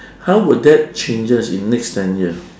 how would that changes in next ten year